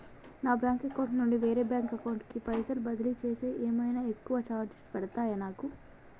నా bank account నుండి వేరే బ్యాంక్ అకౌంట్ కి పైసల్ బదిలీ చేస్తే ఏమైనా ఎక్కువ చార్జెస్ పడ్తయా నాకు?